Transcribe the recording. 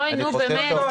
אוי נו באמת,